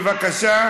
בבקשה.